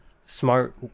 smart